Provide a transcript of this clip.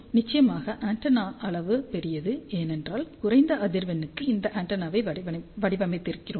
நிச்சயமாக ஆண்டெனா அளவு பெரியது ஏனென்றால் குறைந்த அதிர்வெண்ணுக்கு இந்த ஆண்டெனாவை வடிவமைத்திருக்கிறோம்